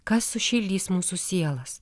kas sušildys mūsų sielas